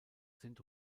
sind